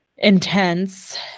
intense